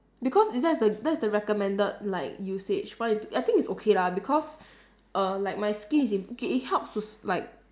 because it's that's the that's the recommended like usage but I think it's okay lah because err like my skin is it okay it helps to s~ like